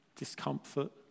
Discomfort